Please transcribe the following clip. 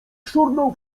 szurnął